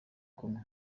kumwe